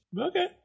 okay